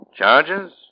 Charges